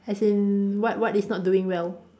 as in what what is not doing well